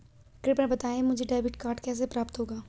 कृपया बताएँ मुझे डेबिट कार्ड कैसे प्राप्त होगा?